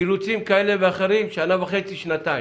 אילוצים כאלה ואחרים שנה וחצי עד שנתיים.